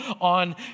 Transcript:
on